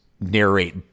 narrate